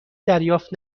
دریافت